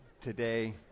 today